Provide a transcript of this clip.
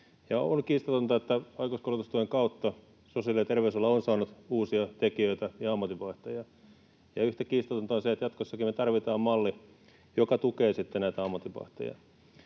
on kiistatonta, että aikuiskoulutustuen kautta sosiaali- ja terveysala on saanut uusia tekijöitä ja ammatinvaihtajia. Ja yhtä kiistatonta on se, että jatkossakin me tarvitaan malli, joka tukee sitten näitä ammatinvaihtajia.